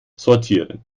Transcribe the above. sortieren